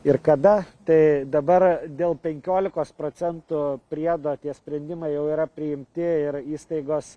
ir kada tai dabar dėl penkiolikos procentų priedo tie sprendimai jau yra priimti ir įstaigos